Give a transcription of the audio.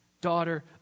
daughter